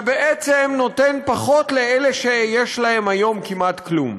ובעצם נותן פחות לאלה שיש להם היום כמעט כלום.